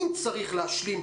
אם צריך להשלים,